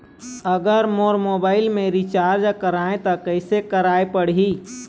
अगर मोर मोबाइल मे रिचार्ज कराए त कैसे कराए पड़ही?